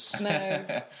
No